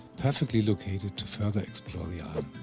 perfectly located to further explore the ah